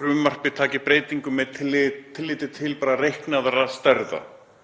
frumvarpið taki breytingum með tilliti til reiknaðra stærða.